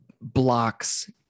blocks